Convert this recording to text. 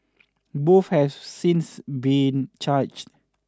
both have since been charged